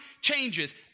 changes